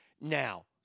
Now